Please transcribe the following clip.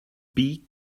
beak